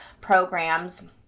programs